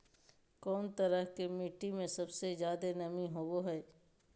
कौन तरह के मिट्टी में सबसे जादे नमी होबो हइ?